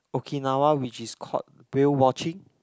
Okinawa which is called whale watching